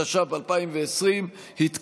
התש"ף 2020, נתקבל.